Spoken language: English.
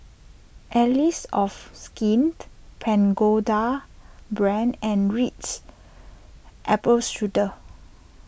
Allies of Skint Pagoda Brand and Ritz Apple Strudel